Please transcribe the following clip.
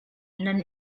nan